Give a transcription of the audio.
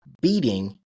beating